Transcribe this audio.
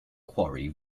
quarry